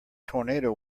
tornado